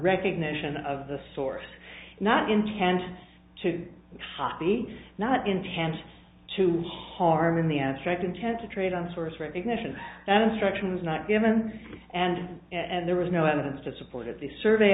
recognition of the source not intend to be not intend to harm in the abstract intent to trade on source recognition that instruction was not given and and there was no evidence to support it the survey